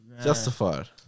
justified